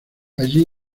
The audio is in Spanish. allí